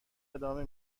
ادامه